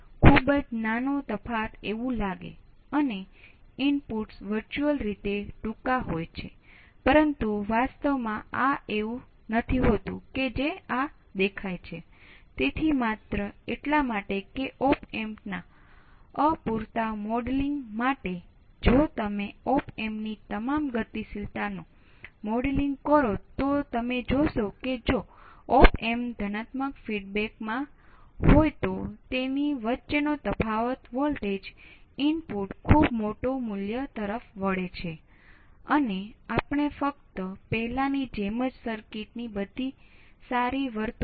છેવટે કેટલીક વાર તમારે અજમાયશ અને ભૂલનો આશરો લેવો પડી શકે છે કારણ કે તમે જે ઓપ એમ્પ માટે કરી શકો છો